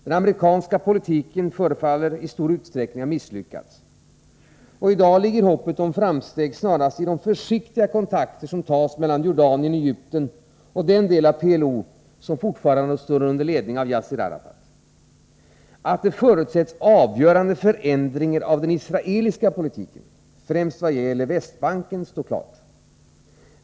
Den amerikanska politiken förefaller i stor utsträckning ha misslyckats. I dag ligger hoppet om framsteg snarast i de försiktiga kontakter som tas mellan Jordanien, Egypten och den del av PLO som fortfarande står under ledning av Yasser Arafat. Att det förutsätts avgörande förändringar av den israeliska politiken främst när det gäller Västbanken står klart.